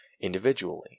individually